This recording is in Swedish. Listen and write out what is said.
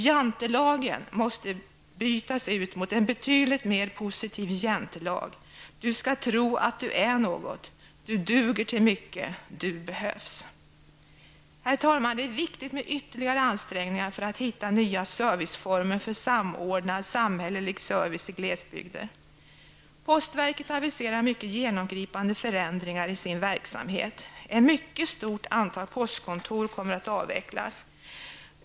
Jantelagen måste bytas ut mot en betydligt mer positiv jäntelag: Du skall tro att du är något! Du duger till mycket! Du behövs! Herr talman! Det är viktigt med ytterligare ansträngningar för att hitta nya serviceformer för samordnad samhällelig service i glesbygder. Postverket aviserar mycket genomgripande förändringar i sin verksamhet, ett mycket stort antal postkontor kommer att avvecklas.